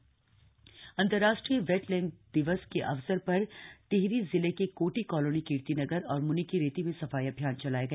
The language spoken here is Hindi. वेटलैंड दिवस अंतरराष्ट्रीय वेटलैंड दिवस के अवसर पर टिहरी जिले के कोटि कॉलोनी कीर्तिनगर और मुनिकीरेती में सफाई अभियान चलाया गया